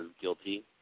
guilty